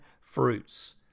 fruits